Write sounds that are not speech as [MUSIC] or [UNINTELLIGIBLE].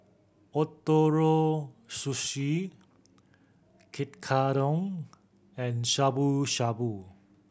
Ootoro Sushi [UNINTELLIGIBLE] and Shabu Shabu